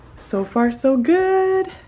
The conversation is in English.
so far so good!